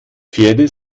pferde